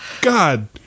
God